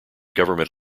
government